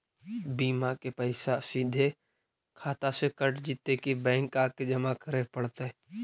बिमा के पैसा सिधे खाता से कट जितै कि बैंक आके जमा करे पड़तै?